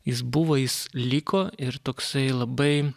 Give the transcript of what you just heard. jis buvo jis liko ir toksai labai